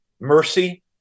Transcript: mercy